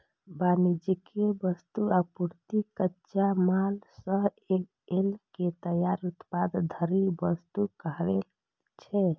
वाणिज्यिक वस्तु, आपूर्ति, कच्चा माल सं लए के तैयार उत्पाद धरि वस्तु कहाबै छै